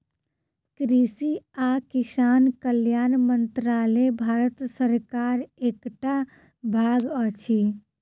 कृषि आ किसान कल्याण मंत्रालय भारत सरकारक एकटा भाग अछि